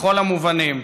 בכל המובנים.